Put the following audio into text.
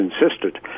insisted